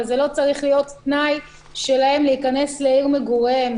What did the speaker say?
אבל זה לא צריך להיות תנאי שלהם להיכנס לעיר מגוריהם,